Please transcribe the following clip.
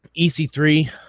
EC3